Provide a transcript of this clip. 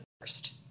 first